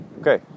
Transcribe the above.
Okay